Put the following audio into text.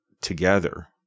together